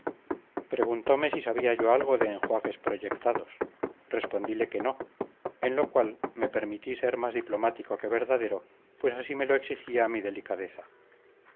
preguntome si sabía yo algo de enjuagues proyectados respondile que no en lo cual me permití ser más diplomático que verdadero pues así me lo exigía mi delicadeza